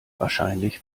wahrscheinlich